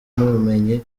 nubumenyi